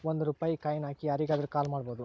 ಒಂದ್ ರೂಪಾಯಿ ಕಾಯಿನ್ ಹಾಕಿ ಯಾರಿಗಾದ್ರೂ ಕಾಲ್ ಮಾಡ್ಬೋದು